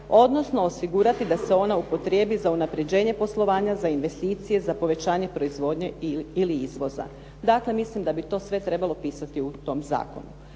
odnosno osigurati da se ona upotrjebi za unapređenje poslovanja, za investicije, za povećanje proizvodnje ili izvoza? Dakle, mislim da bi to sve trebalo pisati u tom zakonu.